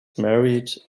married